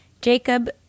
Jacob